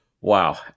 wow